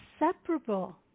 inseparable